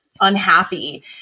unhappy